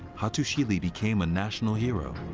hattusili became a national hero.